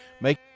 make